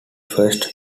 first